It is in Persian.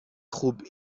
خوب